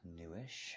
newish